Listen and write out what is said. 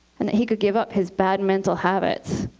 and that he could give up his bad mental habits.